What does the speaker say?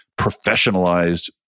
professionalized